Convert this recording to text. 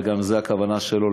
וזו גם הכוונה שלו,